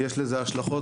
יש לזה השלכות,